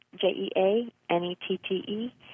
J-E-A-N-E-T-T-E